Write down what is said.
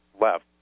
left